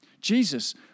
Jesus